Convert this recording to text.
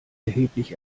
erheblich